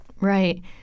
Right